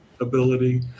ability